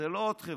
זו לא עוד חברה.